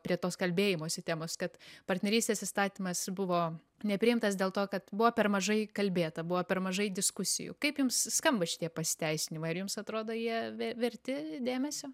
prie tos kalbėjimosi temos kad partnerystės įstatymas buvo nepriimtas dėl to kad buvo per mažai kalbėta buvo per mažai diskusijų kaip jums skamba šitie pasiteisinimai ar jums atrodo jie ve verti dėmesio